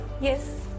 Yes